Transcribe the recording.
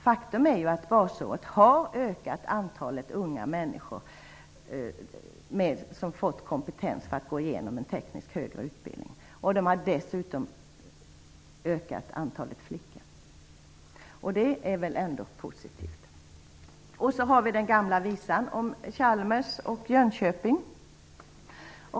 Faktum är att basåret har medfört att ett ökat antal unga människor fått kompetens för att gå igenom en teknisk högre utbildning. Det har dessutom inneburit att antalet flickor har ökat. Det är väl ändå positivt. Så har vi den gamla visan om Chalmers och Jönköping.